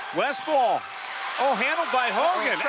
westphal ah oh handled by hogan